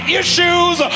issues